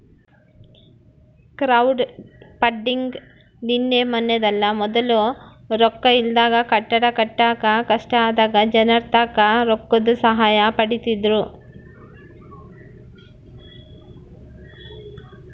crowdfunding ನಿನ್ನೆ ಮನ್ನೆದಲ್ಲ, ಮೊದ್ಲು ರೊಕ್ಕ ಇಲ್ದಾಗ ಕಟ್ಟಡ ಕಟ್ಟಾಕ ಕಷ್ಟ ಆದಾಗ ಜನರ್ತಾಕ ರೊಕ್ಕುದ್ ಸಹಾಯ ಪಡೀತಿದ್ರು